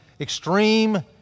extreme